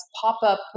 pop-up